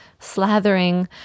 slathering